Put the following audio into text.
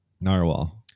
Narwhal